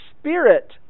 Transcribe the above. spirit